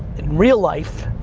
in real life,